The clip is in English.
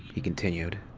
he continued.